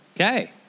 okay